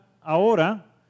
ahora